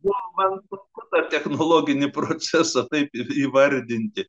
o man sukurtą technologinį procesą taip ir įvardinti